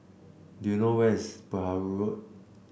do you know where is Perahu Road